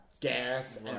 gas